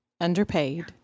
underpaid